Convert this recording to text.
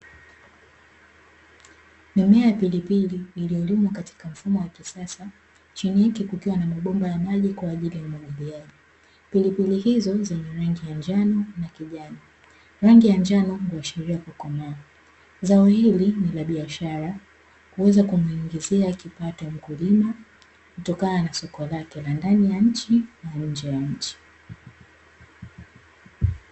Mimea ya pilipili iliyolimwa katika mfumo wa kisasa chini yake kukiwa na mabomba ya maji kwa ajili ya umwagiliaji. Pilipili hizo zenye rangi ya njano na kijani. Rangi ya njano huashiria kukomaa. Zao hili ni la biashara huweza kumuingizia kipato, mkulima kutokana na soko lake la ndani ya nchi na nje ya nchi.